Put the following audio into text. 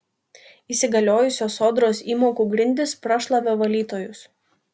įsigaliojusios sodros įmokų grindys prašlavė valytojus